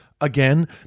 again